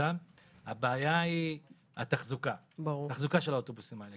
הבעיה היא התחזוקה של האוטובוסים האלה.